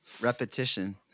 repetition